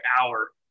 hour